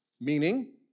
meaning